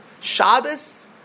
Shabbos